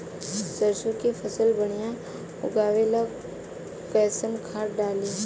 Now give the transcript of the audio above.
सरसों के फसल बढ़िया उगावे ला कैसन खाद डाली?